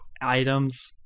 items